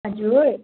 हजुर